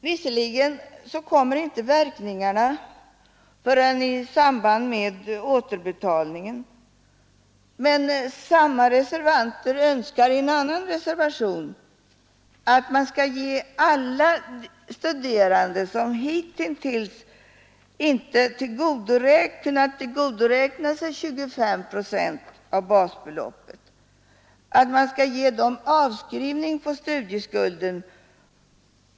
Visserligen kommer inte verkningarna förrän i samband med återbetalningen, men samma reservanter önskar i en annan reservation att man skall ge alla studerande som hittills inte tillgodoräknat sig 25 procent av basbeloppet avskrivning på studieskulden.